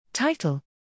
Title